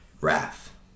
wrath